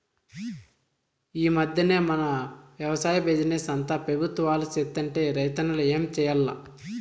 ఈ మధ్దెన మన వెవసాయ బిజినెస్ అంతా పెబుత్వమే సేత్తంటే రైతన్నలు ఏం చేయాల్ల